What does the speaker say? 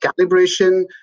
calibration